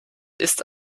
ist